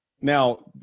Now